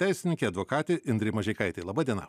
teisininkė advokatė indrė mažeikaitė laba diena